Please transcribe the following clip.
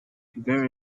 where